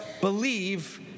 believe